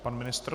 Pan ministr.